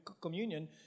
communion